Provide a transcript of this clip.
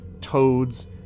toads